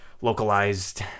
localized